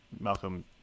malcolm